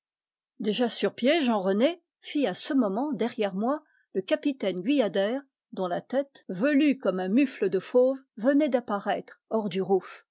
déjà sur pied jean rené fit à ce moment derrière moi le capitaine guyader dont la tête velue comme un mufle de fauve venait d'apparaître hors du rouf